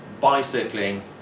bicycling